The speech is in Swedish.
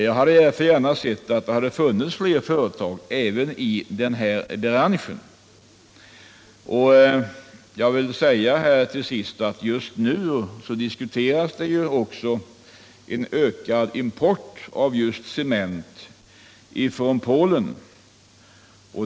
Jag hade därför gärna sett att det hade funnits fler företag även i den här branschen. Jag vill till sist säga att just nu diskuteras en ökad import av cement från Polen.